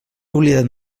oblidat